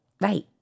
Right